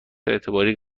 اعتباری